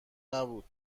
نبود